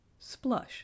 Splush